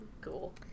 Cool